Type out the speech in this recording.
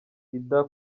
ida